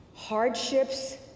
hardships